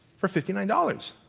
for fifty nine dollars.